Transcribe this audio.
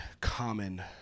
common